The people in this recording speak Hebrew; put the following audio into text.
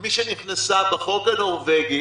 מי שנכנסה בחוק הנורווגי